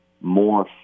more